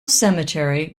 cemetery